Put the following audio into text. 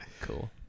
Cool